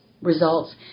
results